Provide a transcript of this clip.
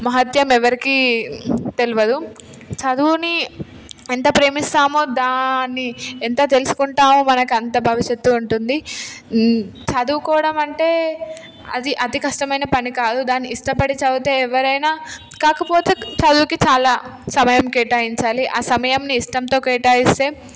మహత్యం ఎవరికీ తెలియదు చదువుని ఎంత ప్రేమిస్తామో దాన్ని ఎంత తెలుసుకుంటామో మనకు అంత భవిష్యత్తు ఉంటుంది చదువుకోవడం అంటే అది అతి కష్టమైన పని కాదు దాన్ని ఇష్టపడి చదివితే ఎవరైనా కాకపోతే చదువుకి చాలా సమయం కేటాయించాలి ఆ సమయాన్ని ఇష్టంతో కేటాయిస్తే